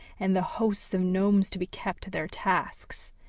and the hosts of gnomes to be kept to their tasks.